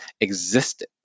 existed